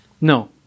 No